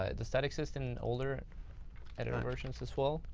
ah does that exist in older editor versions as well?